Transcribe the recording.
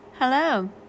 Hello